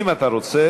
אם אתה רוצה.